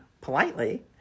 politely